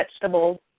vegetables